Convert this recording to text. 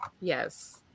Yes